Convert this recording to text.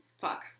Fuck